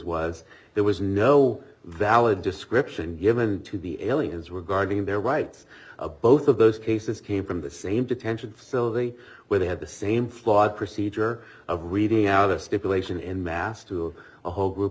was there was no valid description given to the aliens were guarding their rights of both of those cases came from the same detention facility where they had the same flawed procedure of weeding out a stipulation in mass to a whole group